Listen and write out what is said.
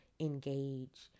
engage